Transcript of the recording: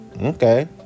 Okay